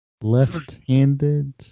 Left-handed